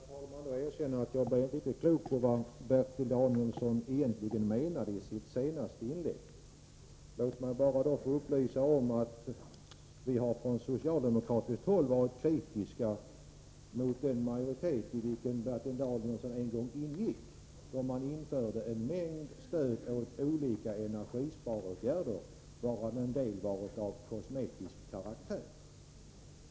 Herr talman! Jag måste först erkänna att jag inte blir klok på vad Bertil Danielsson egentligen menade i sitt senaste inlägg. Låt mig upplysa om att vi från socialdemokratiskt håll har varit kritiska mot den majoritet i vilken Bertil Danielsson en gång ingick, då man införde en mängd olika stöd åt energisparåtgärder. En del av dessa har varit av kosmetisk karaktär.